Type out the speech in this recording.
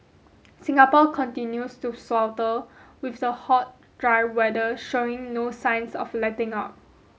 Singapore continues to swelter with the hot dry weather showing no signs of letting up